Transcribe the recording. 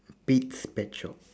pete's pet shop